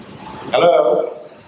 Hello